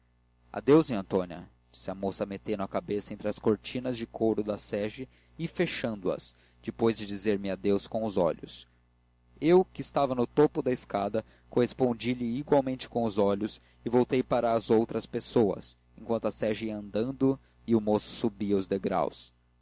graça adeus nhãtônia disse a moça metendo a cabeça entre as cortinas de couro da sege e fechando as depois de dizer-me adeus com os olhos eu que estava no topo da escada correspondi lhe igualmente com os olhos e voltei para as outras pessoas enquanto a sege ia andando e o moço subia os degraus